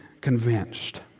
convinced